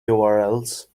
urls